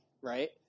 Right